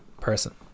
person